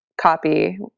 copy